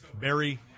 Barry